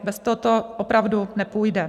Bez toho to opravdu nepůjde.